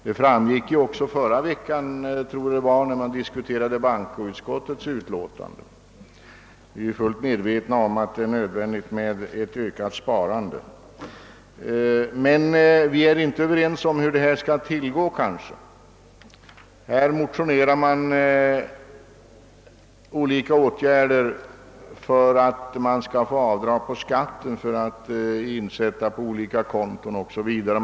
Det framgick ju också förra veckan — jag tror det var då som man diskuterade bankoutskottets utlåtande — att vi är fullt medvetna om att det är nödvändigt med ett ökat sparande. Vi är kanske inte överens om hur det skall tillgå. Man motionerar om åtgärder för att man skall få avdrag på skatten vid insättning på olika konton o.s.v.